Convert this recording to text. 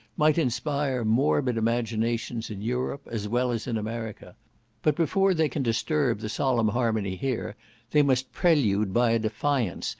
might inspire morbid imaginations in europe as well as in america but before they can disturb the solemn harmony here they must prelude by a defiance,